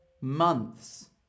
months